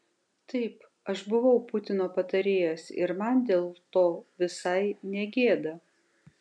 taip aš buvau putino patarėjas ir man dėl to visai ne gėda